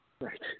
Right